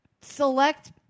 select